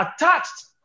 attached